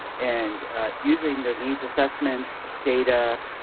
and using their needs assessment data,